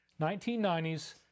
1990s